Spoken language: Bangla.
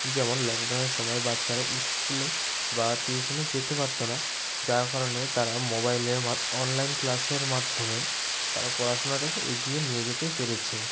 যেমন লকডাউনের সময় বাচ্চারা স্কুলে বা টিউশনে যেতে পারত না যার কারণে তারা মোবাইলের মা অনলাইন ক্লাসের মাধ্যমে তারা পড়াশুনাটাকে এগিয়ে নিয়ে যেতে পেরেছে